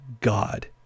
God